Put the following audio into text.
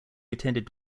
attended